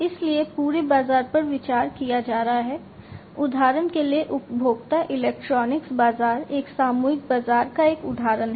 इसलिए पूरे बाजार पर विचार किया जा रहा है उदाहरण के लिए उपभोक्ता इलेक्ट्रॉनिक्स बाजार एक सामूहिक बाजार का एक उदाहरण है